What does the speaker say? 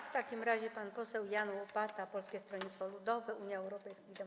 W takim razie pan poseł Jan Łopata, Polskie Stronnictwo Ludowe - Unia Europejskich Demokratów.